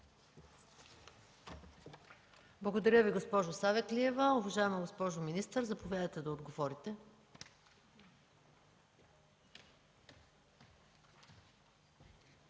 Благодаря Ви, госпожо Савеклиева. Уважаема госпожо министър, заповядайте да отговорите.